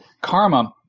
karma